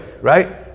right